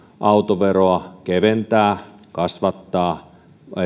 autoveroa keventää vai kasvattaa